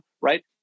right